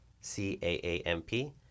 C-A-A-M-P